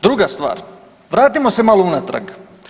Druga stvar, vratimo se malo unatrag.